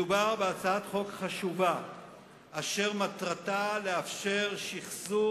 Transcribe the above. מדובר בהצעת חוק חשובה אשר מטרתה לאפשר שחזור